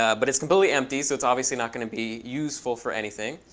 ah but it's completely empty. so it's obviously not going to be useful for anything.